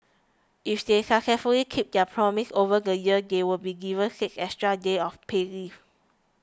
if they successfully keep their promise over the year they'll be given six extra days of paid leave